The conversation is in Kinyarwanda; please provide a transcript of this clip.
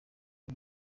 ari